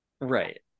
Right